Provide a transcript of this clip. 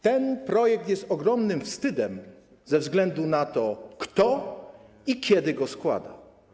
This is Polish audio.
Ten projekt jest ogromnym wstydem ze względu na to, kto i kiedy go składa.